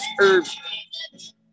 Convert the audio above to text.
Herbs